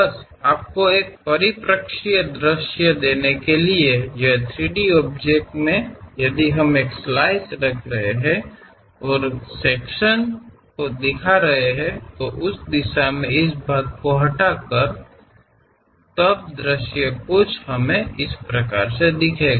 बस आपको एक परिप्रेक्ष्य दृश्य देने के लिए यह 3 डी ऑब्जेक्ट मे यदि हम एक स्लाइस रख रहे हैं और इस सेक्शन को रख रहे हैं तो उस दिशा में इस भाग को हटाकर तब दृश्य कुछ हम को इस प्रकार दिखेंगा